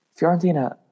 Fiorentina